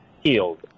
healed